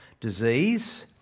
disease